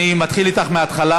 אני מתחיל אתך מהתחלה.